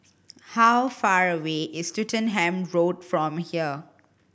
how far away is Swettenham Road from here